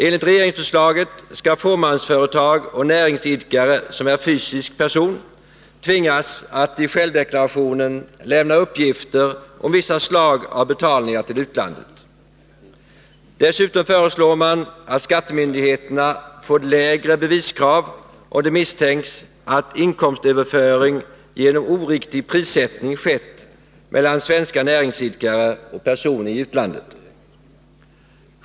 Enligt regeringsförslaget skall fåmansföretag och näringsidkare som är fysisk person tvingas att i självdeklarationen lämna uppgifter om vissa slag av betalningar till utlandet. Dessutom föreslås att skattemyndigheterna får lägre beviskrav om det misstänks att inkomstöverföring genom oriktig prissättning skett mellan svenska näringsidkare och person i utlandet.